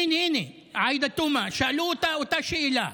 הינה, הינה, עאידה תומא, שאלו אותה את אותה שאלה.